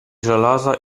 żelaza